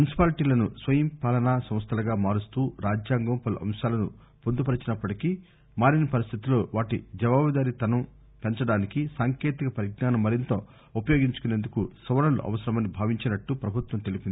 మున్పిపాలిటీలను స్వయం పాలనా సంస్థలుగా మారుస్తూ రాజ్యాంగం పలు అంశాలను పొందుపరిచినప్పటికీ మారిన పరిస్థితుల్లో వాటి జవాబుదారీతనం పెంచడానికి సాంకేతిక పరిజ్ఞానం మరింత ఉపయోగించుకునేందుకు సవరణలు అవసరమని భావించినట్లు ప్రభుత్వం తెలిపింది